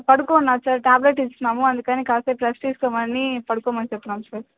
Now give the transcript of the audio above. పడుకున్నాడు sir tablet ఇచ్చినాము అందుకని కాసేపు రెస్ట్ తీసుకోమని పడుకోమని చెప్పినాం సార్